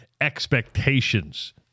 expectations